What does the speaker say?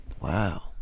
wow